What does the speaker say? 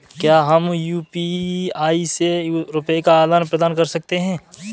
क्या हम यू.पी.आई से रुपये का आदान प्रदान कर सकते हैं?